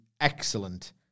excellent